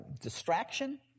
distraction